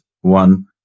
one